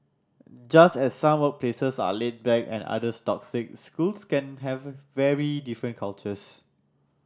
just as some workplaces are laid back and others toxic schools can have very different cultures